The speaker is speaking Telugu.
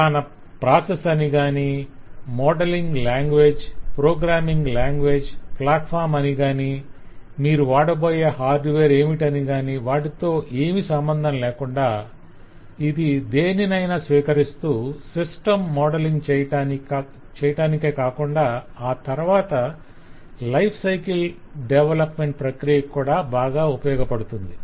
ఫలాన ప్రాసెస్ అనిగాని modelling language programming language platform అనిగాని మీరు వాడబోయే హార్డువేర్ ఏమిటనిగాని వాటితో సంబంధంలేకుండా ఇది దేనినైన స్వీకరిస్తూ సిస్టం మోడలింగ్ చేయటానికే కాకుండా ఆ తరవాత లైఫ్ సైకిల్ డెవలప్మెంట్ ప్రక్రియకు కూడా ఉపయోగవడుతుంది